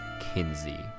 Kinsey